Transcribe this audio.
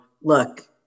look